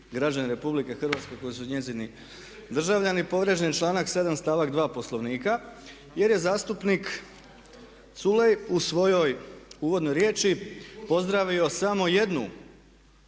građani RH koji su njezini državljani. Povrijeđen je stavak 7 stavak 2 Poslovnika jer je zastupnik Culej u svojoj uvodnoj riječi pozdravio samo jednu